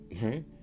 right